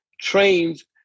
trains